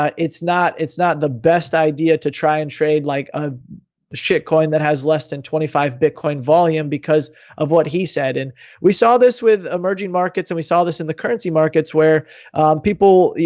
ah it's not it's not the best idea to try and trade like a shitcoin that has less than twenty five bitcoin volume because of what he said. and we saw this with emerging markets and we saw this in the currency markets where the